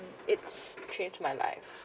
it's changed my life